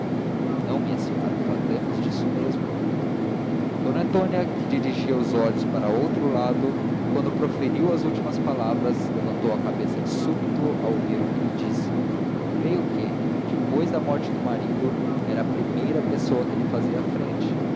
não minha senhora falemos disto mesmo d antônia que dirigira os olhos para outro lado quando preferiu as últimas palavras levantou a cabeça de súbito ao ouvir o que lhe disse creio que depois da morte do marido era a primeira pessoa que lhe fazia frente